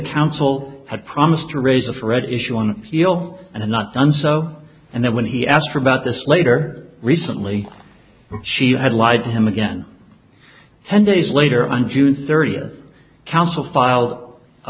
council had promised to raise a fred issue on appeal and not done so and then when he asked her about this later recently she had lied to him again ten days later on june thirtieth counsel file a